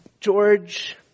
George